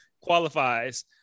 qualifies